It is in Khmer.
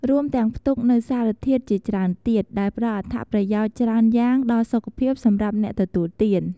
រួមទាំងផ្ទុកនូវសារធាតុជាច្រើនទៀត ដែលផ្ដល់អត្ថប្រយោជន៍ច្រើនយ៉ាងដល់សុខភាពសម្រាប់អ្នកទទួលទាន។